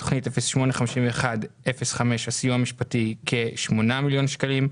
בתוכנית 08-51-05 הסיוע המשפטי: כשמונה מיליון שקלים.